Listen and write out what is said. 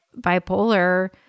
bipolar